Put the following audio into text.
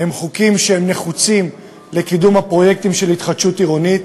הן הצעות נחוצות לקידום הפרויקטים של התחדשות עירונית.